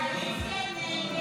נתקבלה.